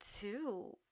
two